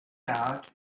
out